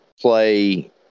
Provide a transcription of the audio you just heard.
play